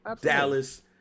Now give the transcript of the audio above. Dallas